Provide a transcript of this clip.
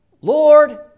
Lord